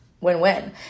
Win-win